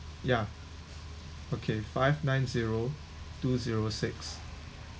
ya okay five nine zero two zero six